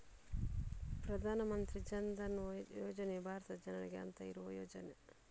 ಪ್ರಧಾನ ಮಂತ್ರಿ ಜನ್ ಧನ್ ಯೋಜನೆಯು ಭಾರತದ ಜನರಿಗೆ ಅಂತ ಇರುವ ಯೋಜನೆ